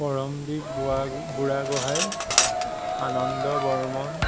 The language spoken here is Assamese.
পৰমদ্বীপ বুঢ়া বুঢ়াগোহাঁই আনন্দ বৰ্মন